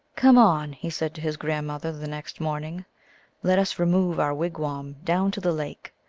come on! he said to his grandmother the next morning let us remove our wigwam down to the lake.